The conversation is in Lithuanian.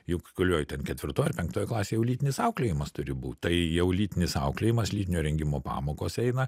juk kurioj ten ketvirtoj ar penktoj klasėj jau lytinis auklėjimas turi būt tai jau lytinis auklėjimas lytinio rengimo pamokos eina